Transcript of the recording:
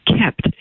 kept